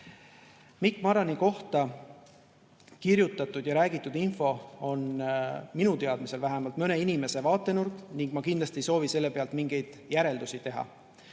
Mikk Marrani kohta kirjutatud ja räägitud info on vähemalt minu teadmisel mõne inimese vaatenurk ning ma kindlasti ei soovi selle pealt mingeid järeldusi teha.